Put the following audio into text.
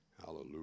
Hallelujah